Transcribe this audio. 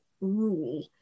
rule